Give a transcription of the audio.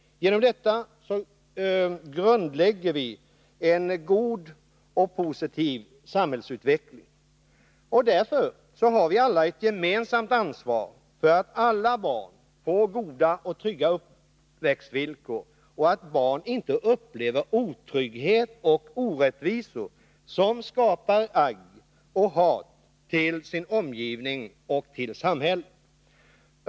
Genom detta lägger vi en god grund för en positiv samhällsutveckling. Därför har vi alla ett gemensamt ansvar för att alla barn får goda och trygga uppväxtvillkor och inte upplever otrygghet och orättvisor, som skapar agg och hat mot deras omgivning och samhället.